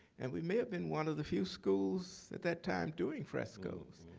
and we may have been one of the few schools at that time, doing frescoes,